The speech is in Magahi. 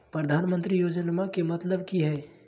प्रधानमंत्री योजनामा के मतलब कि हय?